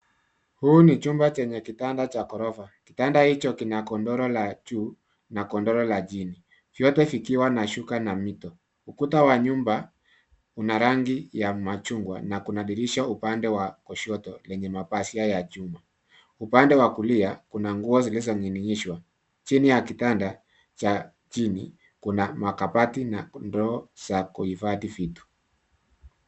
Huu ni chumba chenye kitanda cha ghorofa. Kitanda hicho kina godoro la juu na godoro la chini vyote vikiwa na shuka na mito. Ukuta wa nyumba, una rangi ya mchungwa na kuna dirisha upande wa kushoto lenye mapazia ya chuma. Upande wa kulia kuna nguo zilizoning'inishwa. Chini ya kitanda cha chini kuna makabati na ndoo za kuhifadhi vitu.